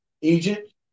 Egypt